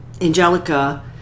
Angelica